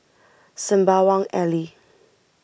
Sembawang Alley